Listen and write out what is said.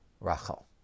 Rachel